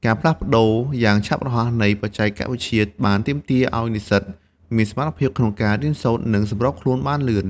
ការផ្លាស់ប្តូរយ៉ាងឆាប់រហ័សនៃបច្ចេកវិទ្យាបានទាមទារឲ្យនិស្សិតមានសមត្ថភាពក្នុងការរៀនសូត្រ និងសម្របខ្លួនបានលឿន។